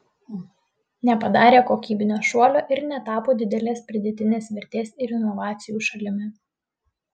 nepadarė kokybinio šuolio ir netapo didelės pridėtinės vertės ir inovacijų šalimi